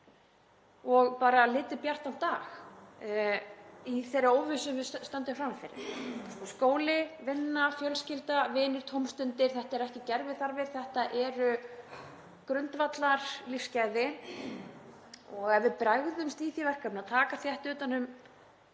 og bara litið bjartan dag í þeirri óvissu sem við stöndum frammi fyrir. Skóli, vinna, fjölskylda, vinir, tómstundir — þetta eru ekki gerviþarfir, þetta eru grundvallarlífsgæði. Ef við bregðumst í því verkefni að taka þétt utan um